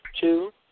Two